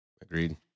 Agreed